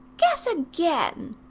guess again.